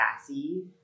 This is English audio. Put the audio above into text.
sassy